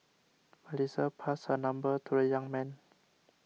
Melissa passed her number to the young man